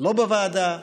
לא בוועדה,